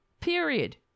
Period